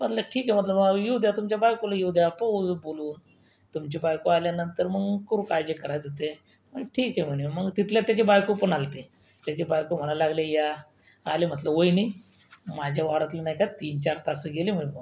म्हटलं ठीक आहे म्हटलं बुवा येऊ द्या तुमच्या बायकोला येऊ द्या पाहुया बोलून तुमची बायको आल्यानंतर मग करू काय जे करायचं ते हं ठीक आहे म्हणे मग तिथल्यात त्याची बायको पण आली होती त्याची बायको म्हणायला लागली या आले म्हटलं वयनी माझ्या वावरातले नाही का तीनचार तासं गेले म्हटलं